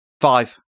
Five